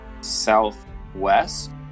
southwest